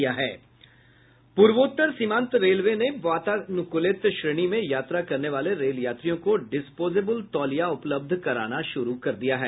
पूर्वोत्तर सीमांत रेलवे ने वातानुकूलित श्रेणी में यात्रा करने वाले रेल यात्रियों को डिस्पोजेबल तौलिया उपलब्ध कराना शुरू कर दिया है